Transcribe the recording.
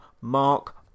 Mark